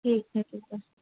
ठीक आहे ठीक आहे